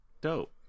Dope